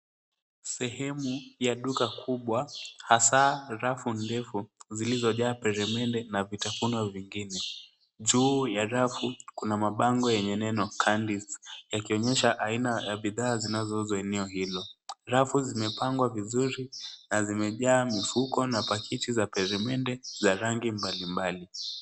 Sehemu ya duka kubwa hasa rafu ndefu zilizojaa peremende na vitafunwa vingine. Juu ya rafu, kuna mabango yenye neno Candies yakionyesha aina ya bidhaa zinazouzwa eneo hilo. Rafu zimepangwa vizuri na zimejaa mifuko na pakiti za peremende za rangi mbalimbali.